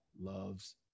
loves